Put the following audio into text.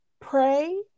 pray